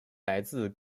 来自